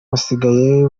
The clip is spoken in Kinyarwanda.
basigaye